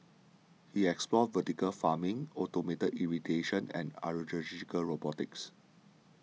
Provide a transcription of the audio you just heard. he explored vertical farming automated irrigation and agricultural robotics